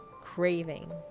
craving